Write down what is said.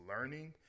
learning